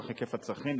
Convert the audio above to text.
נוכח היקף הצרכים.